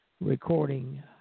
recording